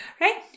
right